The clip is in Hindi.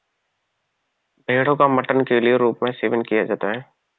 भेड़ो का मटन के रूप में सेवन किया जाता है